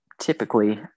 typically